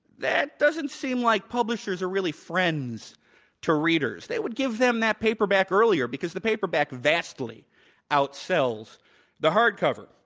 that doesn't seem like publishers are really friends to readers. they would give them that paperback earlier because the paperback vastly outsells the hardcover.